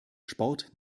sport